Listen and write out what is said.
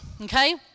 okay